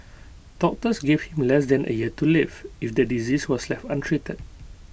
doctors gave him less than A year to live if the disease was left untreated